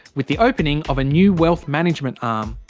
with the opening of a new wealth management arm.